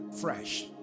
fresh